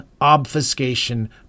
obfuscation